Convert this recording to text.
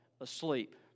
asleep